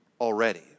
already